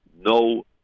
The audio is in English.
no